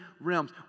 realms